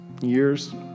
years